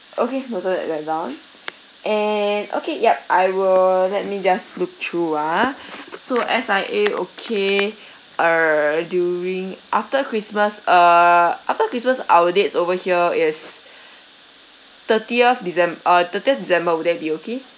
okay noted that that down and okay yup I will let me just look through ah so S_I_A okay err during after christmas err after christmas our dates over here is thirtieth decem~ uh thirtieth december will that be okay